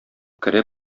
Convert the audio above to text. керә